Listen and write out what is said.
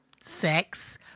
sex